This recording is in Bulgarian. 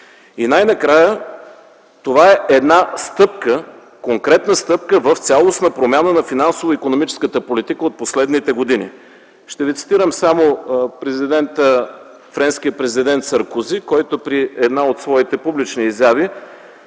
Най-накрая, това е конкретна стъпка в цялостна промяна на финансово-икономическата политика от последните години. Ще ви цитирам само френския президент Саркози, който при една от своите публични изяви